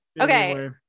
Okay